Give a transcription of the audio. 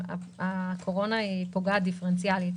הקורונה פוגעת דיפרנציאלית.